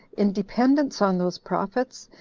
in dependence on those prophets,